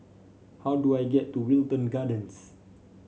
how do I get to Wilton Gardens